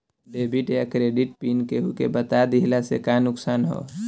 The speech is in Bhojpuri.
डेबिट या क्रेडिट कार्ड पिन केहूके बता दिहला से का नुकसान ह?